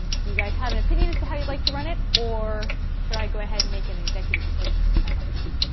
do you guys have an opinion as to how you'd like to run it, or should i go ahead and make an executive decision, since i'm up here?